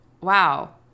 Wow